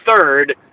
third